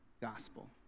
gospel